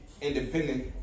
Independent